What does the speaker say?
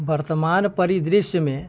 वर्तमान परिदृश्यमे